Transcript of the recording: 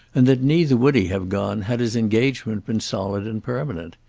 and that neither would he have gone had his engagement been solid and permanent.